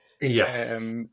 Yes